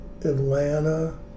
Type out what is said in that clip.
Atlanta